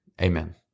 Amen